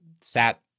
sat